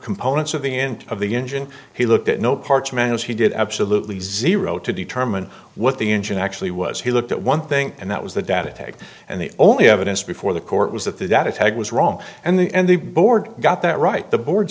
components of the end of the engine he looked at no parts man as he did absolutely zero to determine what the engine actually was he looked at one thing and that was the data tag and the only evidence before the court was that the data tag was wrong and the and the board got that right the board